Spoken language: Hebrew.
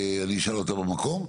אני אשאל על זה במקום.